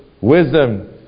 wisdom